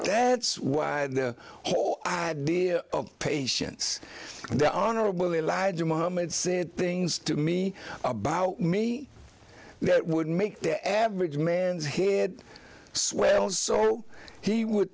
that's why the whole idea of patience and the honorable elijah muhammad said things to me about me that would make the average man's head swell so he would